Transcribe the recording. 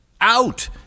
out